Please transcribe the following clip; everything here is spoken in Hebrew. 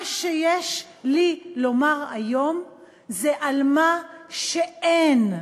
מה שיש לי לומר היום זה על מה שאין,